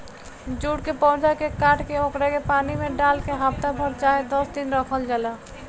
jute के पौधा के काट के ओकरा के पानी में डाल के हफ्ता भर चाहे दस दिन रखल जाला